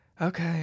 okay